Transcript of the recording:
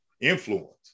influence